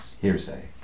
Hearsay